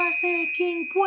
King